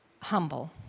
humble